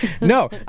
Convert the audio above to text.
No